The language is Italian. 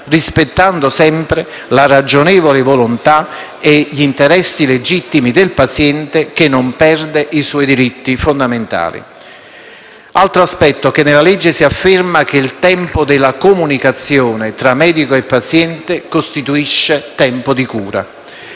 rispettando sempre la ragionevole volontà e gli interessi legittimi del paziente, che non perde i suoi diritti fondamentali. Voglio inoltre evidenziare che nella legge si afferma che il tempo della comunicazione tra medico e paziente costituisce tempo di cura.